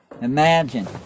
Imagine